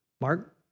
Mark